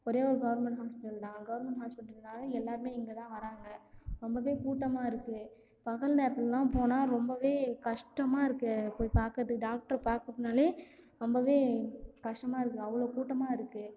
ஒரே ஒரு government hospital தான் கவர்மெண்ட் ஹாஸ்பிட்டல்னால் எல்லாருமே இங்கே தான் வராங்க ரொம்பவே கூட்டமாயிருக்கு பகல் நேரத்திலலாம் போனால் ரொம்பவே கஷ்டமாயிருக்கு போய் பார்க்கறதுக்கு டாக்டரை பார்க்க போனாலே ரொம்பவே கஷ்டமாயிருக்கு அவ்வளோ கூட்டமாயிருக்கு